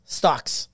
stocks